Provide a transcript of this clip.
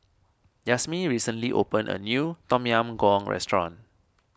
Yazmin recently opened a new Tom Yam Goong restaurant